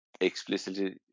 explicitly